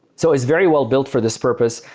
so it's very well-built for this purpose.